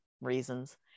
reasons